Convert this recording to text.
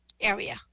area